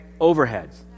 overheads